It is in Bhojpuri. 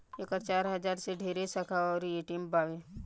एकर चार हजार से ढेरे शाखा अउर ए.टी.एम बावे